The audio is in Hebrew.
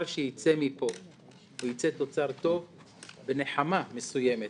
שייצא מפה ייצא תוצר טוב ונחמה מסוימת,